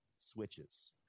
switches